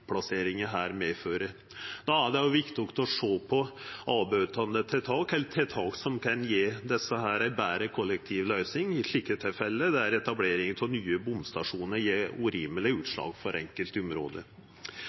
her medfører. Då er det òg viktig å sjå på tiltak som kan bøta på, eller tiltak som kan gje ei betre kollektivløysing i slike tilfelle der etableringa av nye bomstasjonar